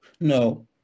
No